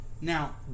Now